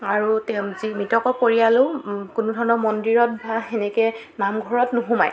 আৰু তেওঁ যি মৃতকৰ পৰিয়ালো কোনোধৰণৰ মন্দিৰত বা সেনেকৈ নামঘৰত নোসোমায়